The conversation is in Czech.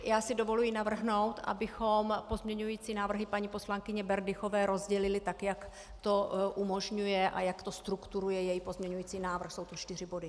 Já si dovoluji navrhnout, abychom pozměňující návrhy paní poslankyně Berdychové rozdělili, tak jak to umožňuje a jak to strukturuje její pozměňující návrh, jsou to čtyři body.